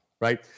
right